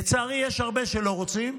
לצערי יש הרבה שלא רוצים,